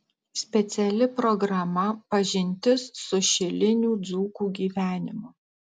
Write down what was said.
speciali programa pažintis su šilinių dzūkų gyvenimu